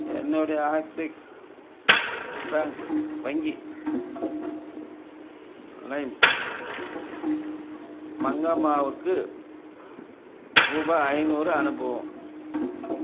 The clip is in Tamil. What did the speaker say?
என்னுடைய ஆக்ஸிஸ் பேங்க் வங்கி லைம் மங்கம்மாவுக்கு ரூபாய் ஐநூறு அனுப்பவும்